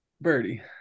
Birdie